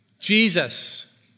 Jesus